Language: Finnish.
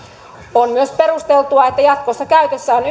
on myös perusteltua että jatkossa käytössä on